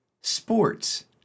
sports